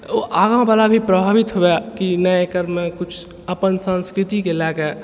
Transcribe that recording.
आगाँवला भी प्रभावित हुअए कि नहि करना किछु अपन संस्कृतिके लऽ कऽ